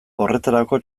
horretarako